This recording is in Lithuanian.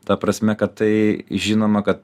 ta prasme kad tai žinoma kad